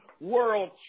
world